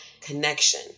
connection